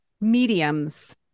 mediums